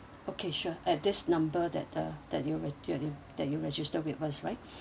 okay sure at this number that uh that you regi~ uh that you register with us right